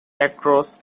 across